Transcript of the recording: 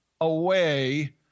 away